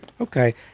Okay